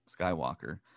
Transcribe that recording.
Skywalker